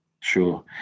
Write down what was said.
Sure